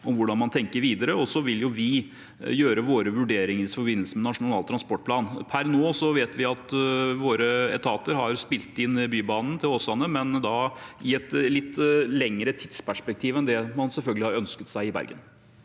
om hvordan man tenker seg dette videre. Så vil vi gjøre våre vurderinger i forbindelse med Nasjonal transportplan. Per nå vet vi at våre etater har spilt inn Bybanen til Åsane, men i et litt lengre tidsperspektiv enn man selvfølgelig har ønsket seg i Bergen.